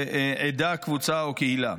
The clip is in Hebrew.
קבוצה או קהילה,